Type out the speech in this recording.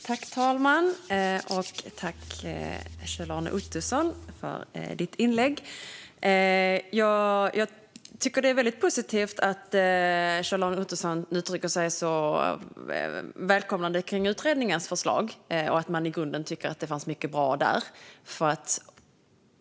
Fru talman! Jag tackar Kjell-Arne Ottosson för hans inlägg. Jag tycker att det är väldigt positivt att Kjell-Arne Ottosson uttrycker sig så välkomnande kring utredningens förslag och att han i grunden tycker att det finns mycket bra där.